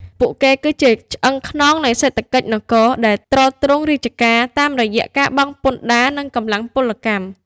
ពួកគេគឺជាឆ្អឹងខ្នងនៃសេដ្ឋកិច្ចនគរ ដែលទ្រទ្រង់រាជការតាមរយៈការបង់ពន្ធដារ និងកម្លាំងពលកម្ម។